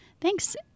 Thanks